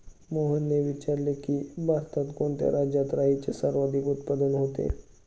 मोहनने विचारले की, भारतात कोणत्या राज्यात राईचे सर्वाधिक उत्पादन होते?